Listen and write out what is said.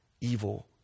evil